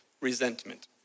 resentment